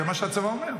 זה מה שהצבא אומר.